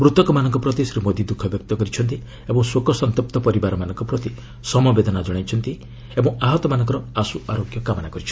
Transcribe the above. ମୃତକମାନଙ୍କ ପ୍ରତି ଶ୍ରୀ ମୋଦି ଦୁଃଖବ୍ୟକ୍ତ କରିଛନ୍ତି ଏବଂ ଶୋକସନ୍ତପ୍ତ ପରିବାରମାନଙ୍କ ପ୍ରତି ସମବେଦନା ଜଣାଇଛନ୍ତି ଓ ଆହତମାନଙ୍କର ଆଶୁ ଆରୋଗ୍ୟ କାମନା କରିଛନ୍ତି